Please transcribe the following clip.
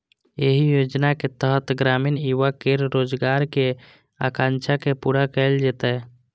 एहि योजनाक तहत ग्रामीण युवा केर रोजगारक आकांक्षा के पूरा कैल जेतै